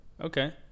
Okay